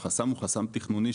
אלא החסם הוא חסם תכנוני.